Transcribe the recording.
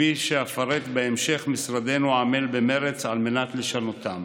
משרדנו עמל במרץ כדי לשנותם.